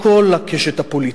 מכל הקשת הפוליטית.